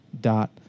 dot